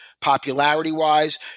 popularity-wise